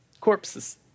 corpses